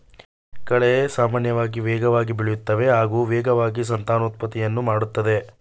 ಕಳೆ ಸಾಮಾನ್ಯವಾಗಿ ವೇಗವಾಗಿ ಬೆಳೆಯುತ್ತವೆ ಹಾಗೂ ವೇಗವಾಗಿ ಸಂತಾನೋತ್ಪತ್ತಿಯನ್ನು ಮಾಡ್ತದೆ